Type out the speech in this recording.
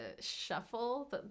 shuffle